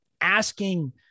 asking